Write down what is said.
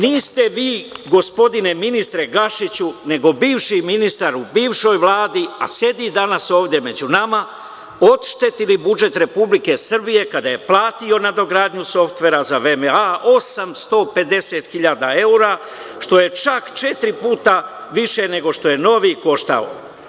Niste vi, gospodine ministre Gašiću, nego bivši ministar u bivšoj Vladi, a sedi danas ovde među nama, oštetili budžet Republike Srbije kada je platio nadogradnju softvera za VMA 850 hiljada evra, što je čak četiri puta više nego što je novi koštao.